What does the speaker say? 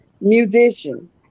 Musician